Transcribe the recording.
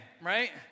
right